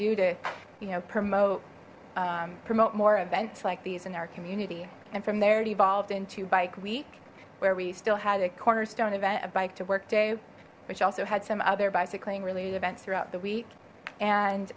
do to you know promote promote more events like these in our community and from there devolved into bike week where we still had a cornerstone event a bike to work day which also had some other bicycling related events throughout the week and